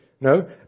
no